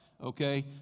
Okay